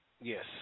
Yes